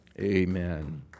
Amen